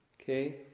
Okay